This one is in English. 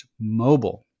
mobile